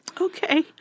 Okay